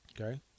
okay